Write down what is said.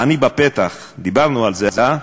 העני בפתח, דיברנו על זה, אה?